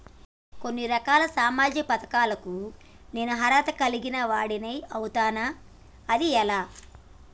కొన్ని రకాల సామాజిక పథకాలకు నేను అర్హత కలిగిన వాడిని అవుతానా? అది ఎలా?